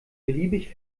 beliebig